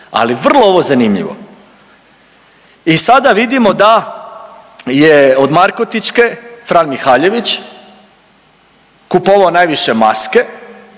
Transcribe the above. ali vrlo je ovo zanimljivo. I sada vidimo da je od Markotićke Fran Mihaljević kupovao najviše maske